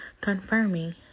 confirming